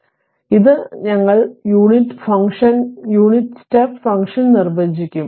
അതിനാൽ ഇത് ഞങ്ങൾ unit function unit step function നിർവചിക്കും